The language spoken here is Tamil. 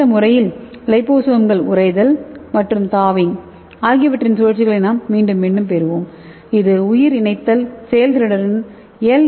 இந்த முறையில் லிபோசோம்கள் உறைதல் மற்றும் தாவிங் ஆகியவற்றின் சுழற்சிகளை நாம் மீண்டும் மீண்டும் பெறுவோம் இது உயர் இணைத்தல் செயல்திறனுடன் எல்